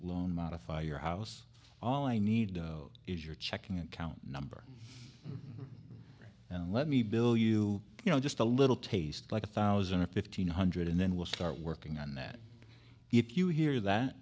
long modify your house all i need is your checking account number and let me bill you you know just a little taste like a thousand or fifteen hundred and then we'll start working on that if you hear that